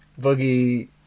boogie